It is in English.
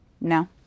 No